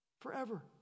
forever